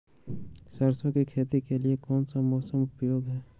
सरसो की खेती के लिए कौन सा मौसम उपयोगी है?